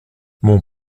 mon